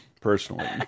personally